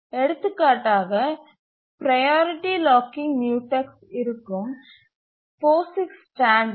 எடுத்துக்காட்டாக priority locking mutex இருக்கும் POSIX standard